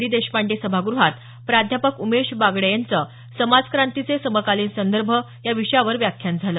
D Deshpande सभागृहात प्राध्यापक उमेश बगाडे यांचं समाजक्रांतीचे समकालीन संदर्भ या विषयावर व्याख्यान झालं